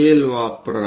scale वापरा